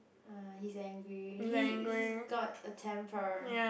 ah he's angry he he's got a temper